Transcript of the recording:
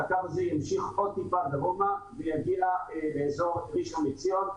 שהקו הזה ימשיך עוד טיפה דרומה ויגיע לאזור ראשון-לציון,